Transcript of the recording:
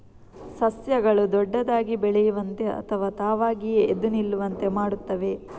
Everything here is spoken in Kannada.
ಸಸ್ಯಗಳು ದೊಡ್ಡದಾಗಿ ಬೆಳೆಯುವಂತೆ ಅಥವಾ ತಾವಾಗಿಯೇ ಎದ್ದು ನಿಲ್ಲುವಂತೆ ಮಾಡುತ್ತವೆ